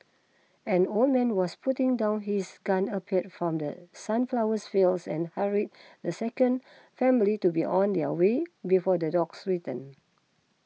an old man was putting down his gun appeared from the sunflower fields and hurried the second family to be on their way before the dogs return